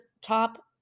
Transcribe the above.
top